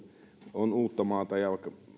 on uuttamaata ja